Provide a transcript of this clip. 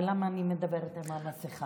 ולמה אני מדברת עם המסכה?